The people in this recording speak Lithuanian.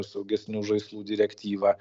saugesnių žaislų direktyvą